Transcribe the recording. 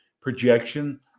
projection